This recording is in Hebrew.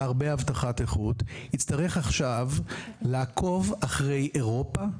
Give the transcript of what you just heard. הרבה אבטחת איכות יצטרך עכשיו לעקוב אחרי אירופה?